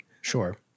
Sure